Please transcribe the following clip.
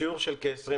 בשיעור של כ-20%.